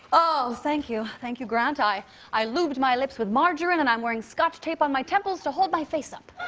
oh, thank you, thank you, grant. i i lubed my lips with margarine, and i'm wearing scotch tape on my temples to hold my face up.